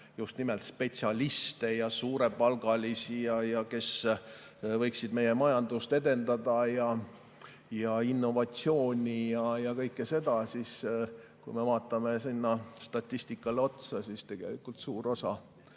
just nimelt spetsialiste ja suurepalgalisi, kes võiksid meie majandust, innovatsiooni ja kõike seda edendada, aga kui me vaatame statistikale otsa, siis tegelikult suur osa